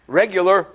regular